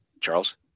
Charles